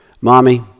Mommy